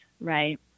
right